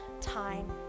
time